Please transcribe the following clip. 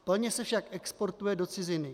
Plně se však exportuje do ciziny.